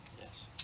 Yes